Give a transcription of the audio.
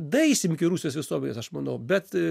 daeisim iki rusijos visuomenės aš manau bet